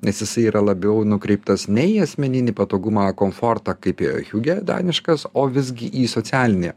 nes jisai yra labiau nukreiptas ne į asmeninį patogumą komfortą kaip hiugė daniškas o visgi į socialinį